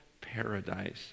paradise